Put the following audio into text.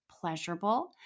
pleasurable